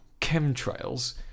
chemtrails